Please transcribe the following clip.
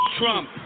Trump